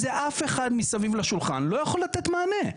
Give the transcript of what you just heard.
אף אחד מסביב לשולחן לא יכול לתת לזה מענה.